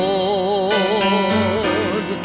Lord